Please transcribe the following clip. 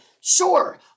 Sure